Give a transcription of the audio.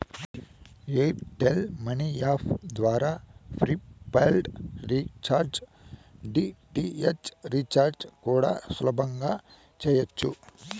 air tell money app ద్వారా prepaid recharge, DTH recharge కూడా సులువుగా చెయ్యచ్చు